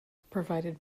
provided